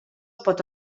pot